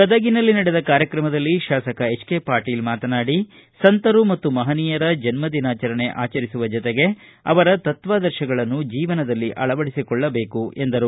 ಗದಗಿನಲ್ಲಿ ನಡೆದ ಕಾರ್ಯಕ್ರಮದಲ್ಲಿ ಶಾಸಕ ಎಚ್ ಕೆ ಪಾಟೀಲ ಮಾತನಾಡಿ ಸಂತರು ಮತ್ತು ಮಹನೀಯರ ಜನ್ದದಿನಾಚರಣೆ ಆಚರಿಸುವ ಜತೆಗೆ ಅವರ ತತ್ವಾದರ್ಶಗಳನ್ನು ಜೀವನದಲ್ಲಿ ಅಳವಡಿಸಿಕೊಳ್ಳಬೇಕು ಎಂದರು